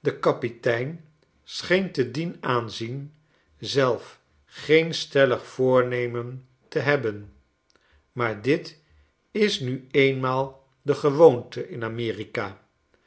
de kapitein scheen te dien aanzien zelf geen stellig voornemen te hebben maar dit is nu eenmaal de gewoonte in amerika